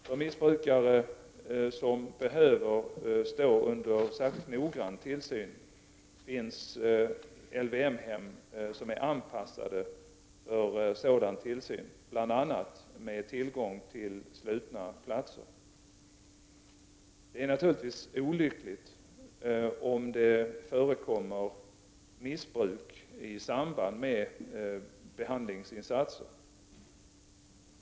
För missbrukare som behöver stå under särskilt noggrann tillsyn finns LYM-hem som är anpassade för sådan tillsyn, bl.a. med tillgång till slutna platser. Det är naturligtvis olyckligt om det förekommer missbruk i samband med behandlingsinsatser.